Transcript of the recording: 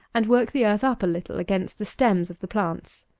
and work the earth up a little against the stems of the plants.